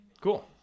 Cool